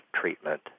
treatment